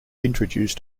introduced